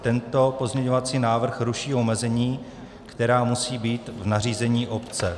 Tento pozměňovací návrh ruší omezení, která musí být v nařízení obce.